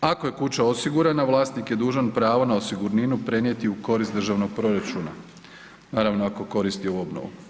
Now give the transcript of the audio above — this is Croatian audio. Ako je kuća osigurana vlasnik je dužan pravo na osigurninu prenijeti u korist državnog proračuna, naravno ako koristi obnovu.